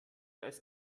als